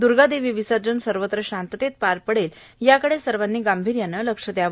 द्गादेवी विसर्जन सर्वत्र शांततेत पार पडेल याकडे सर्वांनी गांभिर्याने लक्ष दयावे